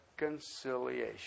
reconciliation